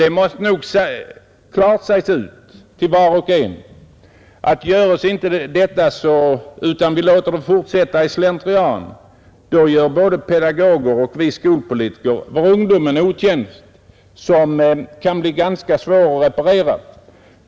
Det måste klart sägas ut till var och en, att sker inte detta utan vi låter det fortsätta i slentrian, då gör både pedagogerna och vi skolpolitiker vår ungdom en otjänst som kan bli ganska svår att reparera.